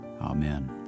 Amen